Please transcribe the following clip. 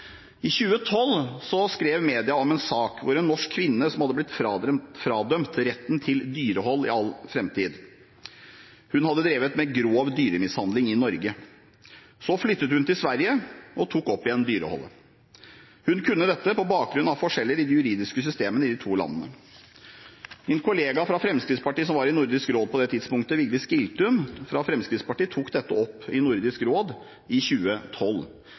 I 2012 skrev media om en sak hvor en norsk kvinne hadde blitt fradømt retten til dyrehold i all framtid. Hun hadde drevet med grov dyremishandling i Norge. Så flyttet hun til Sverige og tok opp igjen dyreholdet. Hun kunne dette på bakgrunn av forskjeller i de juridiske systemene i de to landene. Min kollega i Fremskrittspartiet som var i Nordisk råd på det tidspunktet, Vigdis Giltun, tok dette opp i Nordisk råd i 2012.